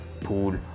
pool